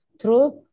Truth